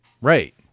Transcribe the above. Right